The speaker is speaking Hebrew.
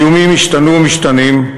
האיומים השתנו ומשתנים,